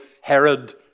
Herod